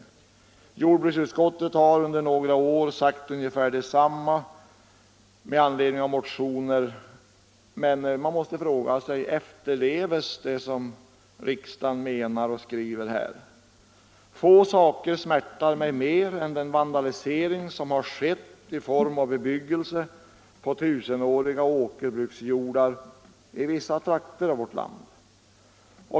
Jordbruksutskottet har under några år sagt ungefär detsamma med anledning av motioner. Men man frågar sig: Efterlevs det som utskottet här skriver? Få saker smärtar mig mer än den vandalisering som har skett i form av bebyggelse på tusenåriga åkerbruksjordar i vissa trakter av vårt land.